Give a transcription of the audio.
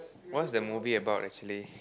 what's the movie about actually